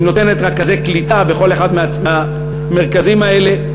על כך שהיא נותנת רכזי קליטה לכל אחד מהמרכזים האלה.